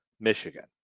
Michigan